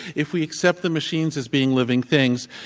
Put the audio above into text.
if we accept the machines as being living things,